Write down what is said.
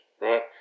right